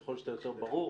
ככל שאתה יותר ברור,